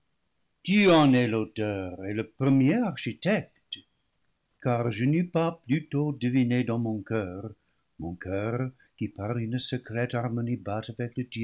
tu en es l'auteur et le premier architecte car je n'eus pas plutôt deviné dans mon coeur mon coeur qui par une secrète har morne bat avec le